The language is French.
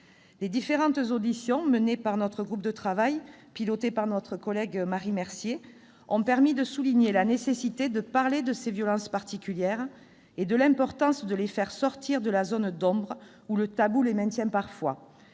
Les différentes auditions menées par notre groupe de travail, piloté par notre collègue Marie Mercier, ont permis de souligner la nécessité de parler de ces violences particulières et de l'importance de les faire sortir de la zone d'ombre où le tabou les maintient parfois.